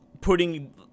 putting